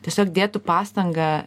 tiesiog dėtų pastangą